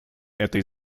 этой